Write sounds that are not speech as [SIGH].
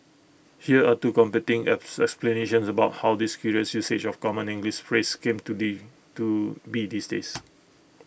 here are two competing [UNINTELLIGIBLE] about how this curious usage of common English phrase came to the to be these days